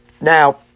Now